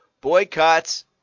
Boycotts